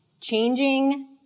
changing